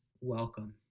welcome